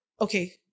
okay